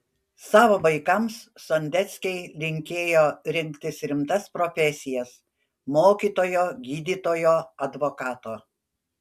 savo vaikams sondeckiai linkėjo rinktis rimtas profesijas mokytojo gydytojo advokato